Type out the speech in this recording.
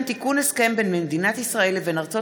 תיקון הסכם בין מדינת ישראל לבין ארצות